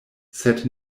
sed